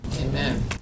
Amen